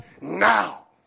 now